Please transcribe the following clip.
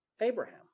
Abraham